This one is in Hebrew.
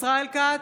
ישראל כץ,